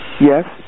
Yes